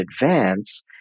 advance